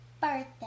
birthday